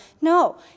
no